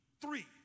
Three